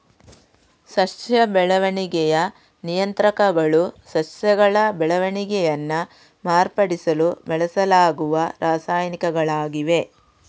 ಸಸ್ಯ ಬೆಳವಣಿಗೆಯ ನಿಯಂತ್ರಕಗಳು ಸಸ್ಯಗಳ ಬೆಳವಣಿಗೆಯನ್ನ ಮಾರ್ಪಡಿಸಲು ಬಳಸಲಾಗುವ ರಾಸಾಯನಿಕಗಳಾಗಿವೆ